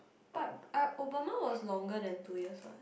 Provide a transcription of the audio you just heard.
but uh Obama was longer than two years what